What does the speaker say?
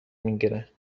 میگیره